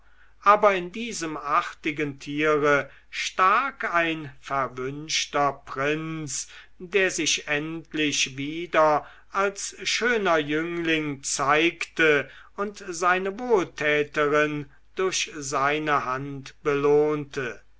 aber in diesem artigen tiere stak ein verwünschter prinz der sich endlich wieder als schöner jüngling zeigte und seine wohltäterin durch seine hand belohnte